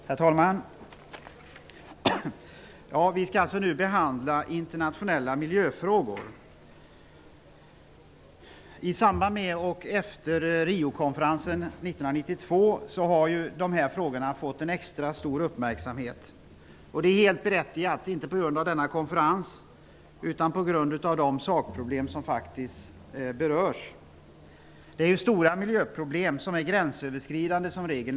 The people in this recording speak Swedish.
Herr talman! Vi skall nu behandla internationella miljöfrågor. I samband med och efter Riokonferensen 1992 har dessa frågor fått en extra stor uppmärksamhet. Det är helt berättigat, inte på grund av denna konferens utan på grund av de sakproblem som där behandlades.